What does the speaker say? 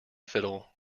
fiddle